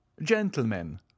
gentlemen